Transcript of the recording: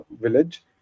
village